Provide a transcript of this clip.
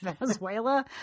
Venezuela